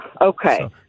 okay